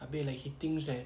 abeh like he thinks that